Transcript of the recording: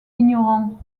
ignorant